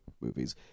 movies